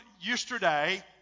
yesterday